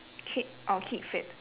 keep oh keep fit